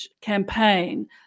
campaign